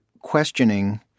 questioning